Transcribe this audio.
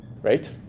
Right